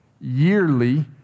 yearly